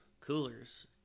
Coolers